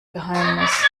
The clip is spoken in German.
geheimnis